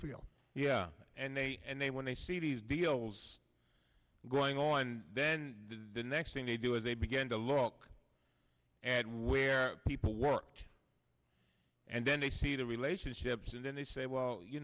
feel yeah and they and they when they see these deals going on then the next thing they do is they begin to look at where people worked and then they see the relationships and then they say well you